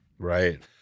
Right